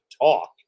talk